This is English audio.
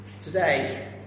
today